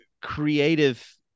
creative